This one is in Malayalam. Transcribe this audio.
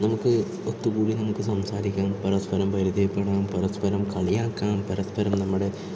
നമുക്ക് ഒത്തുകൂടി നമുക്ക് സംസാരിക്കാം പരസ്പരം പരിചയപ്പെടാം പരസ്പരം കളിയാക്കാം പരസ്പരം നമ്മുടെ